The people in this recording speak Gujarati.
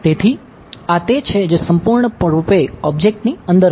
તેથી આ તે છે જે સંપૂર્ણ રૂપે ઑબ્જેક્ટ ની અંદર હોય છે